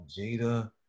Jada